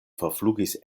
forflugis